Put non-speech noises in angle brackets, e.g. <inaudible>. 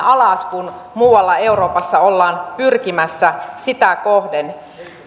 <unintelligible> alas kun muualla euroopassa ollaan pyrkimässä sitä kohden